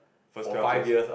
first twelve years